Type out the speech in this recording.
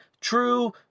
true